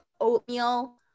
oatmeal